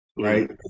Right